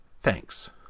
Thanks